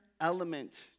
element